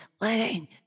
letting